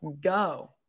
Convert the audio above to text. go